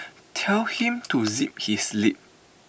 tell him to zip his lip